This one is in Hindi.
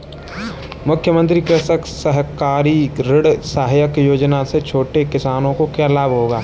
मुख्यमंत्री कृषक सहकारी ऋण सहायता योजना से छोटे किसानों को क्या लाभ होगा?